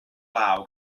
law